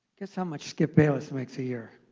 guess how much skip bayless makes a year?